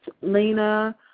Lena